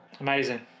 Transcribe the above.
Amazing